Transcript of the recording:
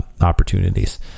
opportunities